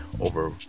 over